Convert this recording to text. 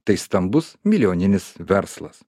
tai stambus milijoninis verslas